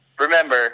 remember